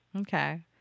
Okay